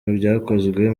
ibyakozwe